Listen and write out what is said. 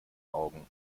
augen